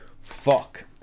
Fuck